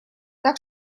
так